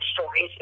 stories